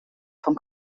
vom